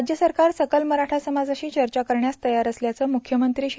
राज्य सरकार सकल मराठा समाजाशी चर्चा करण्यास तयार असल्याचं मुख्यमंत्री श्री